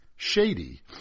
Shady